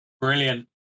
Brilliant